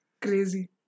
crazy